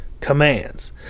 commands